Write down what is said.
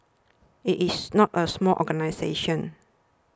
it is not a small organisation